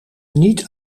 niet